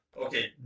Okay